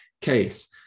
case